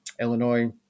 Illinois